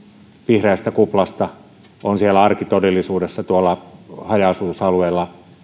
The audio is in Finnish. vihreästä kuplasta on siellä arkitodellisuudessa tuolla haja asutusalueilla